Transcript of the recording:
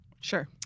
Sure